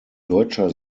deutscher